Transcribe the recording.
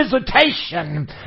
visitation